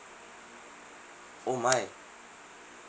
oh my